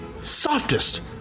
softest